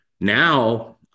now